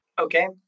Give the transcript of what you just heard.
Okay